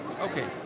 okay